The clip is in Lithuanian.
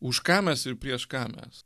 už ką mes ir prieš ką mes